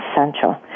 essential